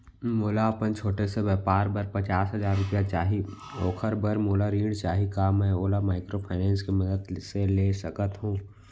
मोला अपन छोटे से व्यापार बर पचास हजार रुपिया चाही ओखर बर मोला ऋण चाही का मैं ओला माइक्रोफाइनेंस के मदद से ले सकत हो?